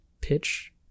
pitch